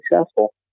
successful